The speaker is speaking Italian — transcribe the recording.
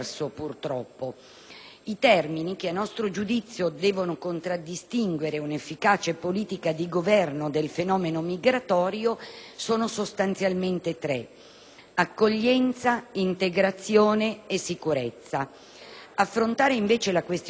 I termini che, a nostro giudizio, devono contraddistinguere un'efficace politica di governo del fenomeno migratorio sono sostanzialmente tre: accoglienza, integrazione e sicurezza. Affrontare invece il tema